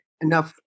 enough